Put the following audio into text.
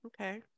Okay